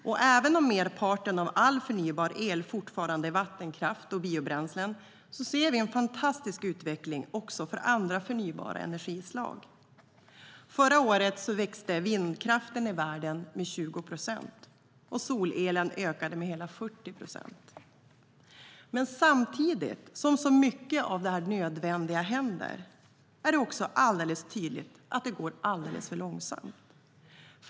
Och även om merparten av all förnybar el fortfarande är vattenkraft och biobränslen ser vi en fantastisk utveckling också för andra förnybara energislag. Förra året växte vindkraften i världen med 20 procent, och solelen ökade med hela 40 procent. Men samtidigt som så mycket av detta nödvändiga händer är det alldeles tydligt att det går alldeles för långsamt.